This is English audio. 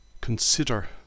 Consider